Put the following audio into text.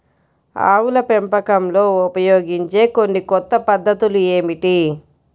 ఆవుల పెంపకంలో ఉపయోగించే కొన్ని కొత్త పద్ధతులు ఏమిటీ?